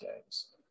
games